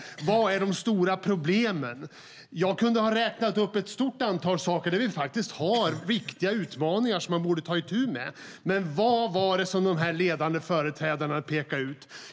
Vad var de stora problemen? Jag kunde ha räknat upp ett stort antal problem där det finns riktiga utmaningar att ta itu med. Men vad var det som de ledande företrädarna pekade ut?